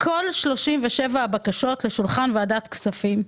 כל 37 הבקשות לשולחן ועדת הכספים.